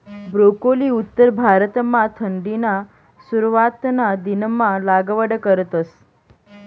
broccoli उत्तर भारतमा थंडीना सुरवातना दिनमा लागवड करतस